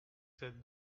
said